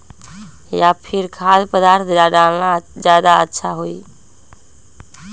या फिर खाद्य पदार्थ डालना ज्यादा अच्छा होई?